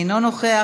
אינו נוכח,